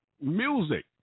music